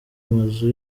mazu